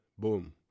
Boom